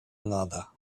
another